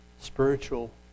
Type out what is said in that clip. spiritual